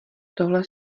tohle